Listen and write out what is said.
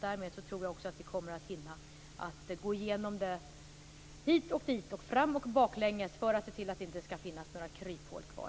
Därmed tror jag att vi kommer att hinna gå igenom det hit och dit och fram och baklänges för att se till att det inte skall finnas några kryphål kvar.